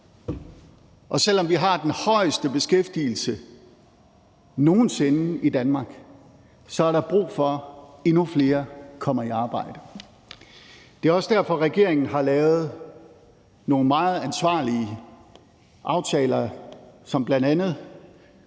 og selv om vi har den højeste beskæftigelse i Danmark nogen sinde, er der brug for, at endnu flere kommer i arbejde. Det er også derfor, at regeringen har lavet nogle meget ansvarlige aftaler, bl.a. den